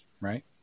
Right